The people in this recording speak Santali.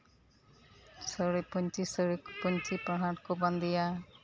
ᱥᱟᱹᱲᱤ ᱯᱟᱹᱧᱤ ᱥᱟᱹᱲᱤ ᱯᱟᱹᱧᱪᱤ ᱯᱟᱲᱦᱟᱴ ᱠᱚ ᱵᱟᱸᱫᱮᱭᱟ